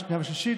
שנייה ושלישית.